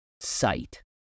sight